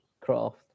craft